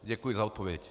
Děkuji za odpověď.